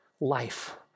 life